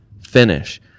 finish